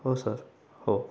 हो सर हो